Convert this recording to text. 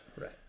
right